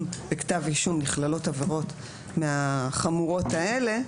בכתב אישום נכללות עבירות מהחמורות האלה,